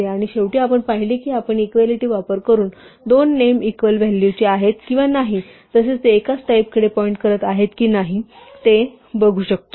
आणि शेवटी आपण पाहिले की आपण इक्वालिटी वापर करून दोन नेम इक्वल व्हॅलूचे आहेत किंवा नाही तसेच ते एकाच टाईप कडे पॉईंट करत आहेत कि नाही ते बघू शकतो